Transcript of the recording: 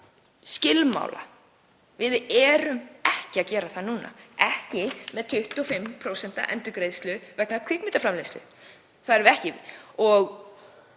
skilmála. Við erum ekki að gera það núna, ekki með 25% endurgreiðslu vegna kvikmyndaframleiðslu. Og af því við erum